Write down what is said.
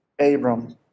Abram